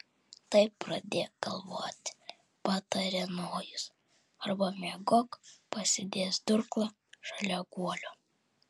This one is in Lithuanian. tai pradėk galvoti patarė nojus arba miegok pasidėjęs durklą šalia guolio